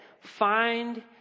find